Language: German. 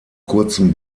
kurzem